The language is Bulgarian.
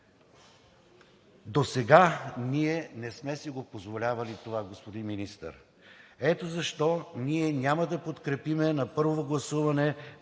Досега не сме си позволявали това, господин Министър, ето защо ние няма да подкрепим на първо гласуване